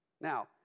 Now